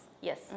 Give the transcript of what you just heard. yes